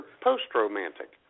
post-romantic